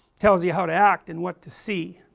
tells you how to act and what to see,